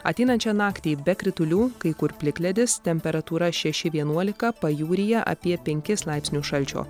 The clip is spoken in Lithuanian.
ateinančią naktį be kritulių kai kur plikledis temperatūra šeši vienuolika pajūryje apie penkis laipsnius šalčio